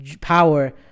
power